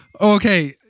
Okay